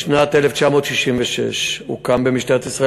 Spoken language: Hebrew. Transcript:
בשנת 1966 הוקם במשטרת ישראל,